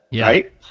Right